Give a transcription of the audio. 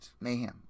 Mayhem